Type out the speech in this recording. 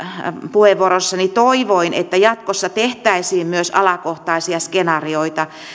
puheenvuorossani toivoin että jatkossa tehtäisiin myös alakohtaisia skenaarioita